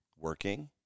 working